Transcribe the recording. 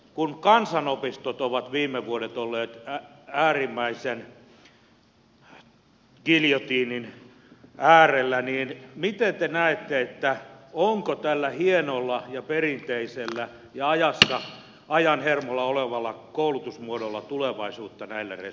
kun kansanopistot ovat viime vuodet olleet giljotiinin äärellä niin miten te näette onko tällä hienolla ja perinteisellä ja ajan hermolla olevalla koulutusmuodolla tulevaisuutta näillä resursseilla